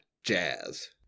Jazz